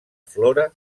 flora